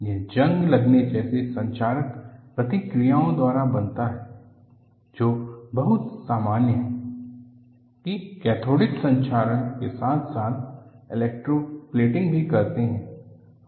यह जंग लगने जैसी संक्षारक प्रतिक्रियाओं द्वारा बनता है जो बहुत सामान्य है की कैथोडिक संरक्षण के साथ साथ इलेक्ट्रोप्लेटिंग भी करते है